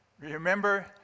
remember